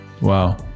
Wow